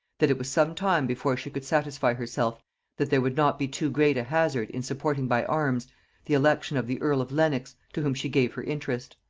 that it was some time before she could satisfy herself that there would not be too great a hazard in supporting by arms the election of the earl of lenox, to whom she gave her interest.